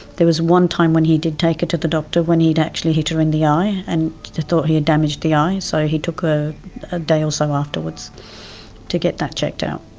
there was one time when he did take her to the doctor when he'd actually hit her in the eye and thought he had damaged the eye. so he took her a day or so afterwards to get that checked out.